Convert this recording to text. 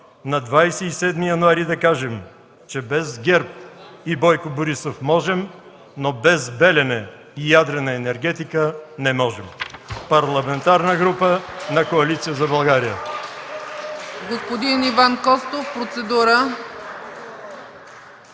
на 27 януари да кажем, че без ГЕРБ и Бойко Борисов можем, но без „Белене” и ядрена енергетика – не можем. Парламентарна група на Коалиция за България.”